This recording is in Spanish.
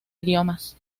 idiomas